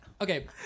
Okay